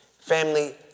family